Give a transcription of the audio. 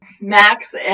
Max